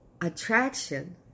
attraction